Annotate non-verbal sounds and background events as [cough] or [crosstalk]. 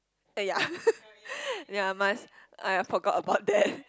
eh ya [laughs] ya must I forgot about that